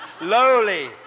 lowly